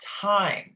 time